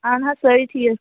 اَہَن حظ سأرِی ٹھیٖک